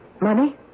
Money